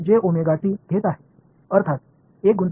நான் e omega t க்கு phasor மற்றும் இது i